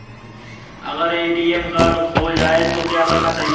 अगर ATM card खो जाए तो क्या करना चाहिए?